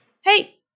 Hey